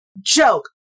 joke